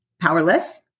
powerless